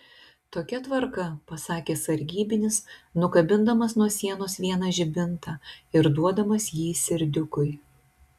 tokia tvarka pasakė sargybinis nukabindamas nuo sienos vieną žibintą ir duodamas jį serdiukui